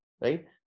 right